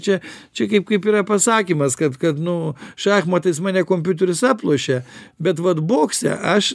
čia čia kaip kaip yra pasakymas kad kad nu šachmatais mane kompiuterius aplošė bet vat bokse aš